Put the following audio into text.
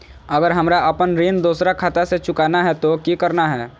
अगर हमरा अपन ऋण दोसर खाता से चुकाना है तो कि करना है?